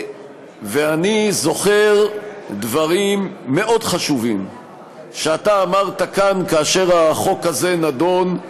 אני זוכר דברים מאוד חשובים שאתה אמרת כאן כאשר החוק הזה נדון,